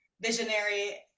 Visionary